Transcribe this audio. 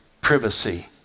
privacy